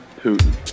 Putin